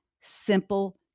simple